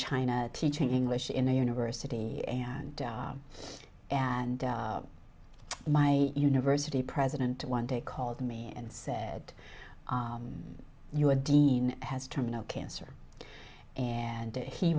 china teaching english in a university and and my university president one day called me and said you were dean has terminal cancer and he